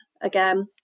again